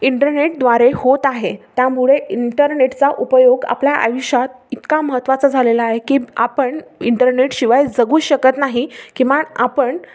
इंटरनेटद्वारे होत आहे त्यामुळे इंटरनेटचा उपयोग आपल्या आयुष्यात इतका महत्त्वाचा झालेला आहे की आपण इंटरनेटशिवाय जगू शकत नाही किंवा आपण